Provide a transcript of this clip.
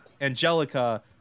Angelica